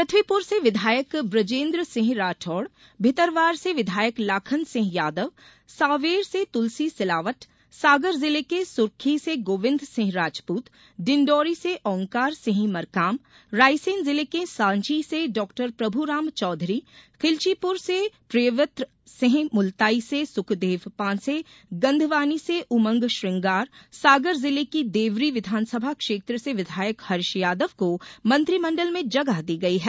पृथ्वीप्र से विधायक ब्रजेन्द्र सिंह राठोड़ भितरवार से विधायक लाखन सिंह यादव सांवेर से तुलसी सिलावट सागर जिले के सुरखी से गोविंद सिंह राजपुत डिंडोरी से ओंकार सिंह मरकाम रायसेन जिले के सांची से डॉ प्रभुराम चौधरी खिलचीपुर से प्रियवृत सिंह मुलताई से सुखदेव पांसे गंधवानी से उमंग श्रंगार सागर जिले की देवरी विधानसभा क्षेत्र से विधायक हर्ष यादव को मंत्रिमंडल में जगह दी गई है